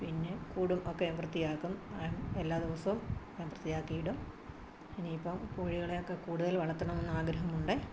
പിന്നെ കൂടും ഒക്കെ വൃത്തിയാക്കും എല്ലാ ദിവസവും വൃത്തിയാക്കിയിടും ഇനിയിപ്പം കോഴികളെയൊക്കെ കൂടുതൽ വളർത്തണമെന്ന് ആഗ്രഹമുണ്ട്